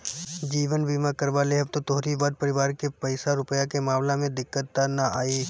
जीवन बीमा करवा लेबअ त तोहरी बाद परिवार के पईसा रूपया के मामला में दिक्कत तअ नाइ होई